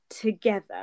together